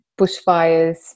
bushfires